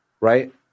right